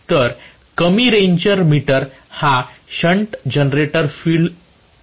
तर कमी ranger meter हा शंट जनरेटर फील्ड कॉइलमध्ये वापरला जाईल